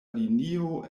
linio